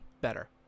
better